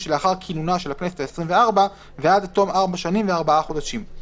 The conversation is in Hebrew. שלאחר כינונה של הכנסת העשרים וארבע ועד תום ארבע שנים וארבעה חודשים";